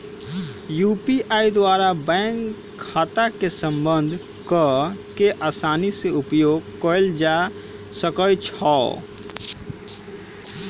UPI द्वारा bank खता के संबद्ध कऽ के असानी से उपयोग कयल जा सकइ छै